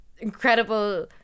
incredible